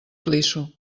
clisso